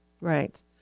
Right